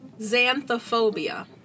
Xanthophobia